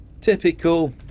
typical